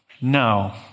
No